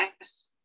yes